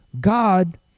God